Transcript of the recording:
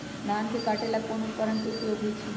धान के काटे का ला कोंन उपकरण के उपयोग होइ छइ?